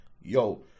yo